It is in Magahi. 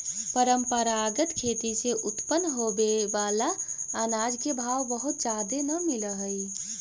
परंपरागत खेती से उत्पन्न होबे बला अनाज के भाव बहुत जादे न मिल हई